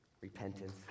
repentance